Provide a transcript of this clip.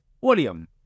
William